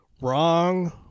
wrong